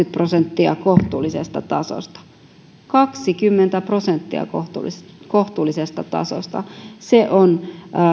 prosenttia kohtuullisesta tasosta kaksikymmentä prosenttia kohtuullisesta kohtuullisesta tasosta se on